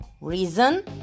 Reason